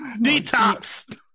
Detox